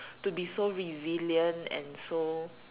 to be so resilient and so